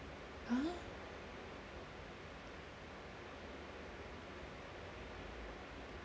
ah